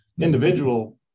individual